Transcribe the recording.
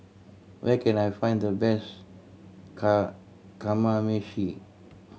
where can I find the best Kamameshi